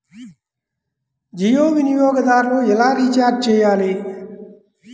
జియో వినియోగదారులు ఎలా రీఛార్జ్ చేయాలి?